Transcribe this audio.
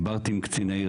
דיברתי עם קצין העיר.